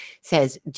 says